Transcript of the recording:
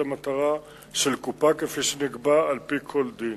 למטרה של קופה כפי שנקבע על-פי כל דין.